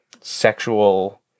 sexual